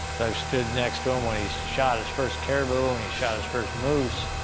i stood next to him when he shot his first caribou and he shot his first moose.